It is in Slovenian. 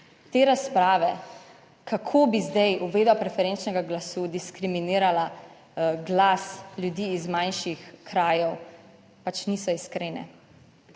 te razprave kako bi zdaj uvedba preferenčnega glasu diskriminirala glas ljudi iz manjših krajev, pač niso iskrene.